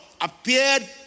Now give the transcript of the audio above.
appeared